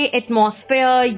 atmosphere